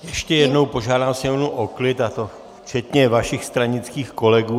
Ještě jednou požádám sněmovnu o klid, a to včetně vašich stranických kolegů.